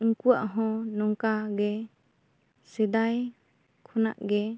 ᱩᱱᱠᱩᱭᱟᱜ ᱦᱚᱸ ᱱᱚᱝᱠᱟ ᱜᱮ ᱥᱮᱫᱟᱭ ᱠᱷᱚᱱᱟᱜ ᱜᱮ